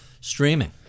streaming